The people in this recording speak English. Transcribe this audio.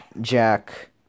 Jack